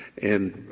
and